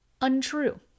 untrue